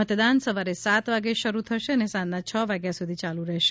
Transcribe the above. મતદાન સવારે સાત વાગ્યે શરૂ થશે અને સાંજના છ વાગ્યા સુધી ચાલુ રહેશે